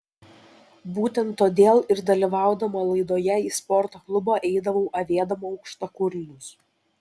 būtent todėl ir dalyvaudama laidoje į sporto klubą eidavau avėdama aukštakulnius